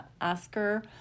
Oscar